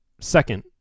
Second